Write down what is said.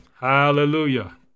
Hallelujah